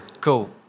Cool